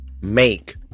make